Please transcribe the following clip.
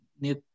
need